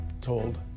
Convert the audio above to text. told